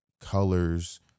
colors